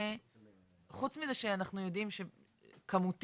חוץ מזה שאנחנו יודעים שכמותית,